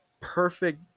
perfect